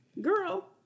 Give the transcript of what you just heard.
Girl